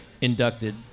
inducted